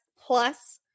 plus